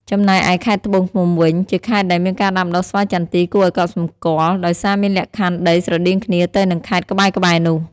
ចំណែកឯខេត្តត្បូងឃ្មុំវិញ ជាខេត្តដែលមានការដាំដុះស្វាយចន្ទីគួរឱ្យកត់សម្គាល់ ដោយសារមានលក្ខខណ្ឌដីស្រដៀងគ្នាទៅនឹងខេត្តក្បែរៗនោះ។